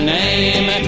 name